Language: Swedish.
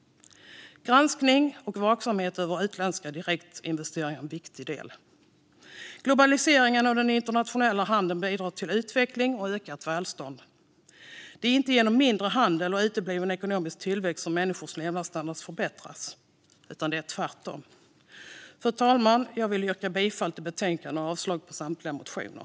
Granskning av och vaksamhet över utländska direktinvesteringar är en viktig del. Globaliseringen och den internationella handeln bidrar till utveckling och ökat välstånd. Det är inte genom mindre handel och utebliven ekonomisk tillväxt som människors levnadsstandard förbättras, tvärtom. Fru talman! Jag yrkar bifall till utskottets förslag i betänkandet och avslag på samtliga motioner.